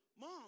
Mom